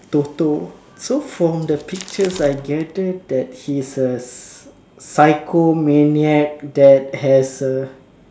TOTO so from the pictures I get it that he's a psycho maniac that has a